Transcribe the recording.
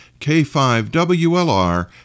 K5WLR